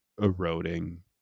eroding